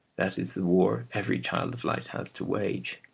that is the war every child of light has to wage.